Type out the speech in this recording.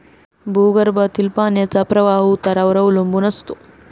भूगर्भातील पाण्याचा प्रवाह उतारावर अवलंबून असतो